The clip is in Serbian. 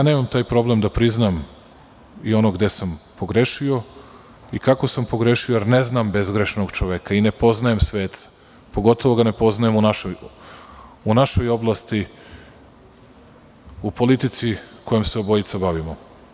Nemam taj problem da priznam i ono gde sam pogrešio, kako sam pogrešio, jer ne znam bezgrešnog čoveka i ne poznajem sveca, pogotovo ga ne poznajem u našoj oblasti u politici kojom se obojica bavimo.